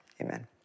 amen